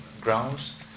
grounds